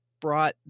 brought